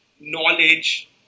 knowledge